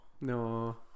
No